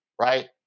right